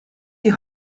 die